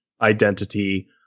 identity